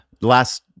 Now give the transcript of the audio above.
last